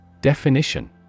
Definition